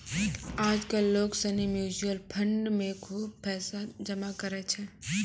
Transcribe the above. आज कल लोग सनी म्यूचुअल फंड मे खुब पैसा जमा करै छै